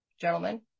gentlemen